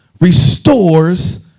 restores